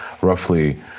roughly